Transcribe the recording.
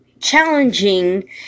challenging